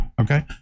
Okay